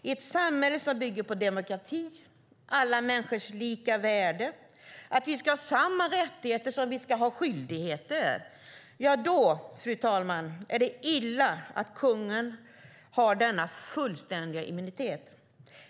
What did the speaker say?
I ett samhälle som bygger på demokrati, på alla människors lika värde och på att vi ska ha samma rättigheter som skyldigheter, är det illa, fru talman, att kungen har denna fullständiga immunitet.